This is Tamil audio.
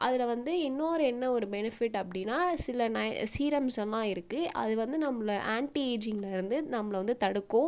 அதில் வந்து இன்னொரு என்ன ஒரு பெனிஃபிட் அப்படின்னா சில சீரம்ஸ்லாம் இருக்கு அது வந்து நம்மள ஆன்ட்டிஏஜிங்லேருந்து நம்மள வந்து தடுக்கும்